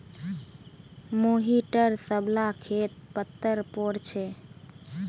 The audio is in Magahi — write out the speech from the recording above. मोहिटर सब ला खेत पत्तर पोर छे